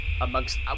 amongst